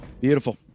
Beautiful